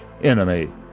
enemy